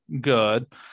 good